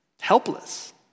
helpless